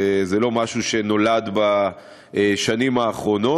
זה לא משהו שנולד בשנים האחרונות,